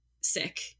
sick